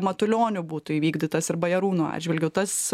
matulioniu būtų įvykdytas ir bajarūno atžvilgiu tas